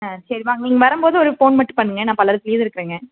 ஆ சரி வாங்க நீங்கள் வரும்போது ஒரு ஃபோன் மட்டும் பண்ணுங்க நான் பல்லடத்திலியே இருக்கிறங்க